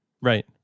Right